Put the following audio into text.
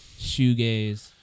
shoegaze